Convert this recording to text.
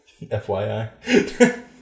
FYI